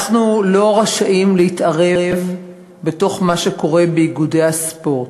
אנחנו לא רשאים להתערב במה שקורה באיגודי הספורט.